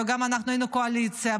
וגם אנחנו היינו קואליציה,